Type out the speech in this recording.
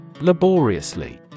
Laboriously